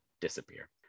disappear